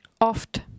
oft